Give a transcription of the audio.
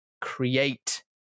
create